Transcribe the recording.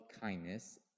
kindness